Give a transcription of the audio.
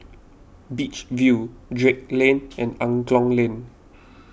Beach View Drake Lane and Angklong Lane